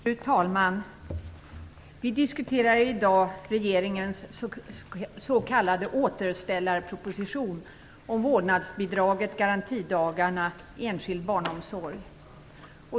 Herr talman! Vi diskuterar i dag regeringens s.k. återställarproposition om vårdnadsbidraget, garantidagarna och enskild barnomsorg.